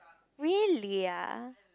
really ah